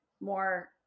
more